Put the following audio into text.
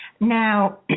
Now